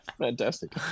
fantastic